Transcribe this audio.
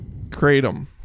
Kratom